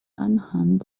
anhand